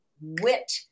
wit